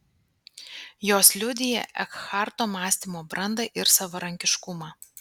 jos liudija ekharto mąstymo brandą ir savarankiškumą